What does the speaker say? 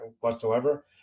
whatsoever